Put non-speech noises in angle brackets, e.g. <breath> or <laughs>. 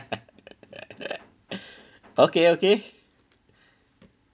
<laughs> <breath> okay okay